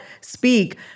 speak